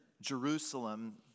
Jerusalem